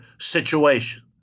situation